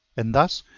and thus,